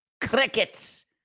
Crickets